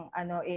ano